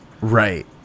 Right